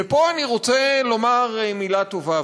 ופה אני רוצה לומר מילה טובה,